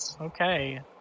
Okay